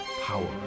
power